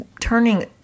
turning